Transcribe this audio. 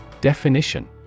Definition